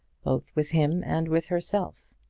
both with him and with herself.